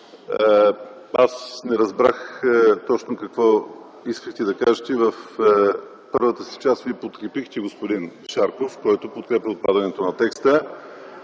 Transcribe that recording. аз не разбрах точно какво искахте да кажете. В първата си част Вие подкрепихте господин Шарков, който подкрепя отпадането на текста.